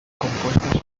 compuestas